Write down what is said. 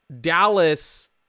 Dallas